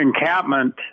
encampment